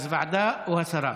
אתה ויתרת.